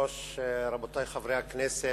היושב-ראש, רבותי חברי הכנסת,